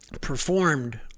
performed